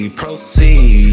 proceed